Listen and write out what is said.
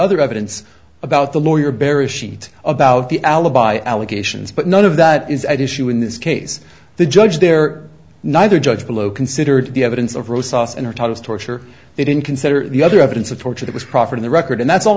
other evidence about the lawyer barry sheet about the alibi allegations but none of that is at issue in this case the judge there neither judge below considered the evidence of roe sauce in her thought as torture they didn't consider the other evidence of torture that was proffered the record and that's all